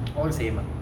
all the same ah